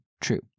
true